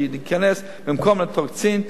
שתיכנס במקום "אלטרוקסין",